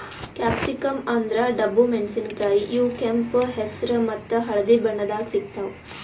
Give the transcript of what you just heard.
capsicum ಅಂದ್ರ ಡಬ್ಬು ಮೆಣಸಿನಕಾಯಿ ಇವ್ ಕೆಂಪ್ ಹೆಸ್ರ್ ಮತ್ತ್ ಹಳ್ದಿ ಬಣ್ಣದಾಗ್ ಸಿಗ್ತಾವ್